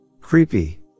Creepy